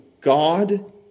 God